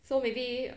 so maybe